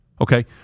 Okay